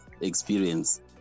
experience